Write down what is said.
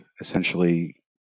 essentially